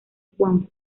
juan